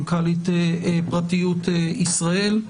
מנכ"לית פרטיות ישראל,